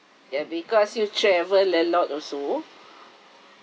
ya because you travel a lot also